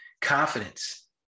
confidence